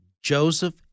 Joseph